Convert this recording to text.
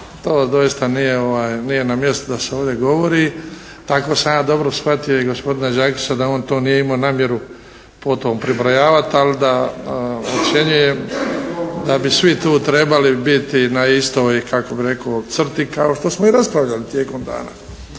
to doista na mjestu da se ovdje govori. Ako sam ja dobro shvatio i gospodina Đakića da on to nije imao namjeru potom prebrojavati ali da ocjenjujem da bi svi tu trebali biti na istoj kako bih rekao crti kao što smo i raspravljali tijekom dana.